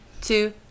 two